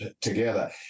together